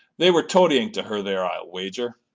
they were toadying to her there, i'll wager.